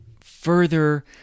further